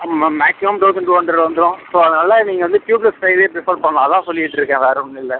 மே maximum thousand two hundred வந்துடும் so அதனால் நீங்கள் வந்து டியூப்லெஸ் டயரே ப்ரிஃபர் பண்ணலாம் அதான் சொல்லிட்டுருக்கேன் வேறு ஒன்றும் இல்லை